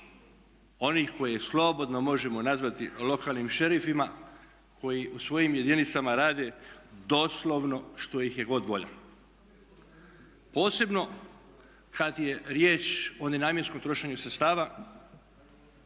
onih koje slobodno možemo nazvati lokalnim šerifima koji u svojim jedinicama rade doslovno što ih je god volja, posebno kad je riječ o nenamjenskom trošenju sredstava,